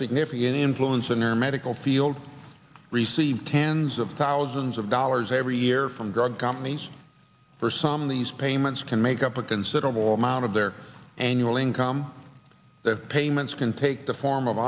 significant influence in your medical field receive tens of thousands of dollars every year from drug companies for some of these payments can make up a considerable amount of their annual income that payments can take the form of